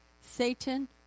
Satan